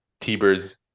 T-Birds